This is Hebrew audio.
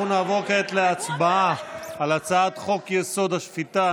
אנחנו נעבור כעת להצבעה על הצעת חוק-יסוד: השפיטה